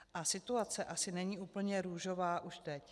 A situace asi není úplně růžová už teď.